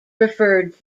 referred